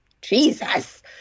Jesus